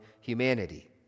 humanity